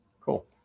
Cool